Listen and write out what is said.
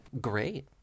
great